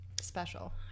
special